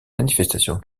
manifestations